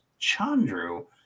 Chandru